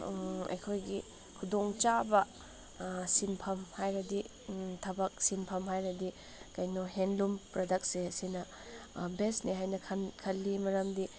ꯑꯩꯈꯣꯏꯒꯤ ꯈꯨꯗꯣꯡ ꯆꯥꯕ ꯁꯤꯟꯐꯝ ꯍꯥꯏꯔꯗꯤ ꯊꯕꯛ ꯁꯤꯟꯐꯝ ꯍꯥꯏꯔꯗꯤ ꯀꯩꯅꯣ ꯍꯦꯟꯂꯨꯝ ꯄ꯭ꯔꯗꯛꯁꯦ ꯁꯤꯅ ꯕꯦꯁꯅꯦ ꯍꯥꯏꯅ ꯈꯜꯂꯤ ꯃꯔꯝꯗꯤ